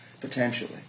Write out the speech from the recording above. potentially